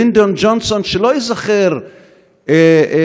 לינדון ג'ונסון לא ייזכר בפנתיאון,